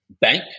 bank